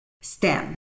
STEM